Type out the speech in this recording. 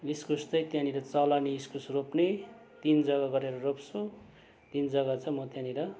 इस्कुस चाहिँ त्यहाँनिर चलनी इस्कुस रोप्ने तिन जग्गा गरेर रोप्छु तिन जग्गा चाहिँ म त्यहाँनिर